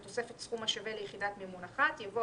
בתוספת סכום השווה ליחידת מימון אחת" יבוא